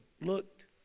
looked